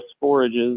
forages